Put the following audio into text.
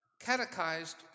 catechized